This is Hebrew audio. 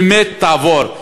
באמת תעבור,